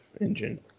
engine